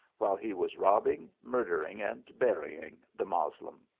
while he was robbing, murdering, and bury ing the moslem.